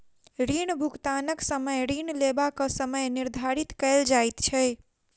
ऋण भुगतानक समय ऋण लेबाक समय निर्धारित कयल जाइत छै